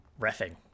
refing